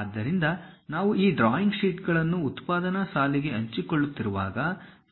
ಆದ್ದರಿಂದ ನಾವು ಈ ಡ್ರಾಯಿಂಗ್ ಶೀಟ್ಗಳನ್ನು ಉತ್ಪಾದನಾ ಸಾಲಿಗೆ ಹಂಚಿಕೊಳ್ಳುತ್ತಿರುವಾಗ